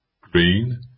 green